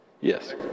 Yes